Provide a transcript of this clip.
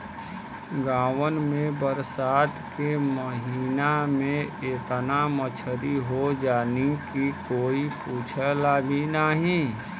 गांवन में बरसात के महिना में एतना मछरी हो जालीन की कोई पूछला भी नाहीं